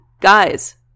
guys